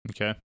Okay